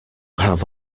have